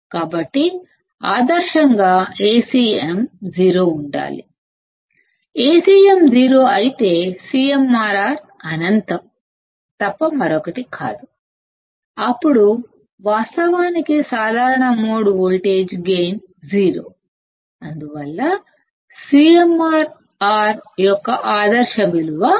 కాబట్టి ఐడియల్ గా Acm సున్నా ఉండాలి Acm సున్నా అయితే CMRR అనంతం తప్ప మరొకటి కాదు అప్పుడు వాస్తవానికి కామన్ మోడ్ వోల్టేజ్ గైన్ సున్నా అందువల్ల CMRR యొక్క ఐడియల్ విలువ అనంతం అవుతుంది